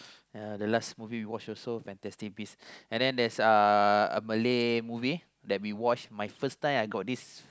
uh the last movie we watch also fantastic beast and then there's uh a Malay movie that we watch my first time I got this